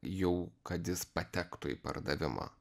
jau kad jis patektų į pardavimą